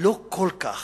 לא כל כך